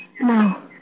No